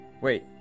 wait